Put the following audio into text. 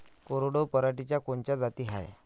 कोरडवाहू पराटीच्या कोनच्या जाती हाये?